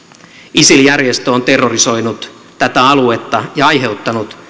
isil järjestö on terrorisoinut tätä aluetta ja aiheuttanut